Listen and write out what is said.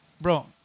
bro